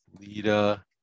Lita